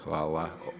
Hvala.